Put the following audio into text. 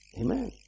Amen